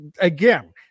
again